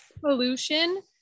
pollution